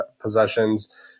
possessions